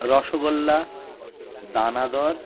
রসগোল্লা দানাদার